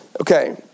Okay